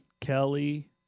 Kelly